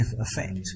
effect